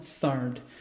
third